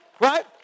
Right